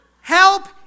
Help